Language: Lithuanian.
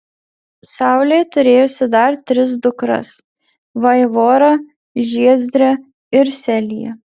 saulė turėjusi dar tris dukras vaivorą žiezdrę ir seliją